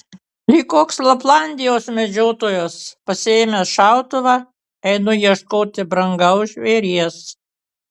lyg koks laplandijos medžiotojas pasiėmęs šautuvą einu ieškoti brangaus žvėries